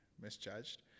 misjudged